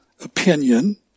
opinion